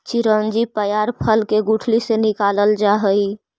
चिरौंजी पयार फल के गुठली से निकालल जा हई